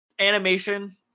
animation